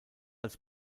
als